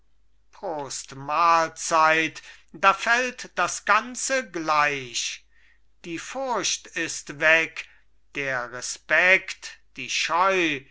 prost mahlzeit da fällt das ganze gleich die furcht ist weg der respekt die scheu